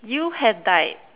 you have died